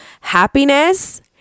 Happiness